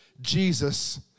Jesus